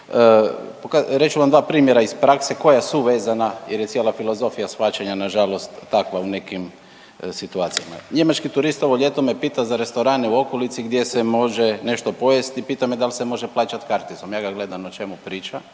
ću vam dva primjera iz prakse koja su vezana jer je cijela filozofija shvaćanja nažalost takva u nekim situacijama. Njemački turista ovo ljeto me pita za restorane u okolici gdje se može nešto pojesti i pita me dal se može plaćat karticom, ja ga gledam o čemu priča